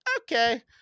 okay